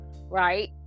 right